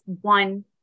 one